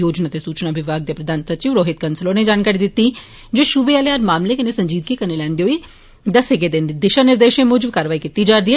योजना ते सूचना विभाग दे प्रधान सचिव रोहित कंसल होरे जानकारी दित्ती ऐ जे शुबे आले हर मामले कन्नै संजीदगी कन्नै लैंदे होई दस्से गेदे दिशानिर्देशें मुजब कारवाई कीती जा'रदी ऐ